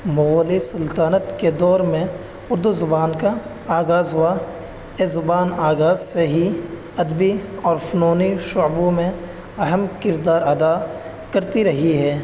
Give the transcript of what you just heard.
مغلی سلطنت کے دور میں اردو زبان کا آغاز ہوا یہ زبان آغاز سے ہی ادبی اور فنونی شعبوں میں اہم کردار ادا کرتی رہی ہے